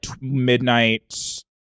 midnight